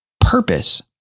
purpose